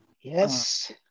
yes